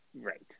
Right